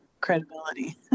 credibility